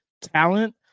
talent